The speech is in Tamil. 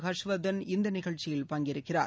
ஹர்ஷ்வர்தன் இந்த நிகழ்ச்சியில் பங்கேற்கிறார்